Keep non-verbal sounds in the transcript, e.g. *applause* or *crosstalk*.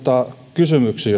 kysymyksiin *unintelligible*